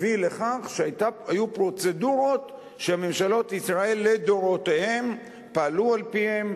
הביא לכך שהיו פרוצדורות שממשלות ישראל לדורותיהן פעלו על-פיהן,